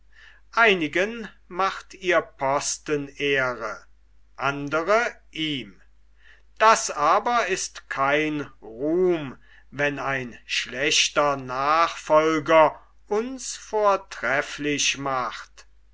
einigen macht ihr posten ehre andere ihm das aber ist kein ruhm wenn ein schlechter nachfolger uns vortrefflich macht